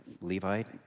Levite